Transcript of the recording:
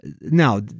Now